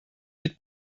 mit